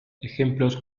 ejemplos